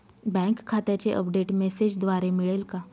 Bank खात्याचे update मेसेजद्वारे मिळेल का?